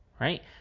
right